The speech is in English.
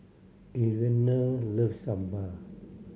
Arianna loves sambal